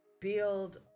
build